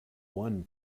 one